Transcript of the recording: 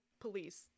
police